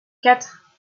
quatre